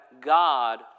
God